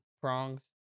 prongs